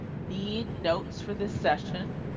need notes for this session.